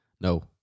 No